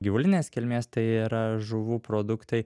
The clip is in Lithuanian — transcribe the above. gyvulinės kilmės tai yra žuvų produktai